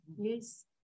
Yes